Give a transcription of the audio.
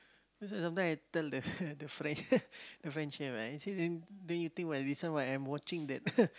so sometime I tell the French the Fre~ the French chef I say then then you think this one why I'm watching that